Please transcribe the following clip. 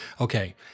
okay